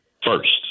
first